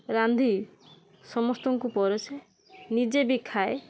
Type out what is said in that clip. ରାନ୍ଧି ସମସ୍ତଙ୍କୁ ପରସେ ନିଜେ ବି ଖାଏ